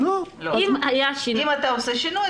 אם אתה עושה שינוי,